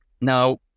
Now